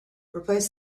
replace